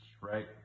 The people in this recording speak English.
right